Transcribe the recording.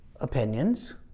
Opinions